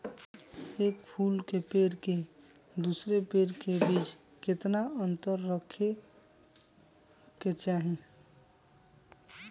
एक फुल के पेड़ के दूसरे पेड़ के बीज केतना अंतर रखके चाहि?